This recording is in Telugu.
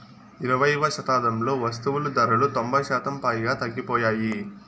ఇరవైయవ శతాబ్దంలో వస్తువులు ధరలు తొంభై శాతం పైగా తగ్గిపోయాయి